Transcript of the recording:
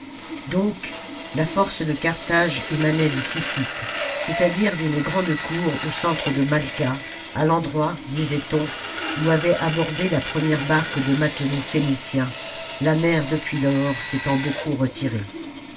donc la force de carthage émanait des sjssites j c'est-à-dire d'une grande cour au centre de malqua à l'endroit disait-on où avait abordé la première barque de matelots phéniciens la mer depuis lors s'étant beaucoup retirée